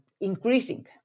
increasing